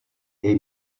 jej